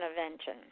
intervention